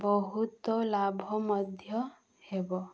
ବହୁତ ଲାଭ ମଧ୍ୟ ହେବ